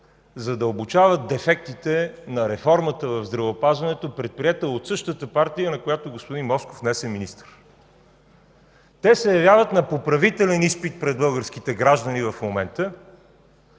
задълбочава дефектите на реформата в здравеопазването, предприета от същата партия, на която днес господин Москов е министър. Те се явяват на поправителен изпит пред българските граждани в момента,